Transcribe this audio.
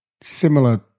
similar